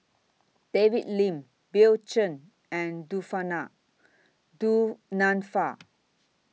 David Lim Bill Chen and Du Nanfa